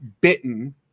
bitten